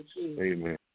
Amen